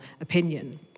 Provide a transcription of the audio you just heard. opinion